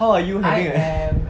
how are you lieutenant